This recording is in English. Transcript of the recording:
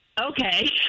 Okay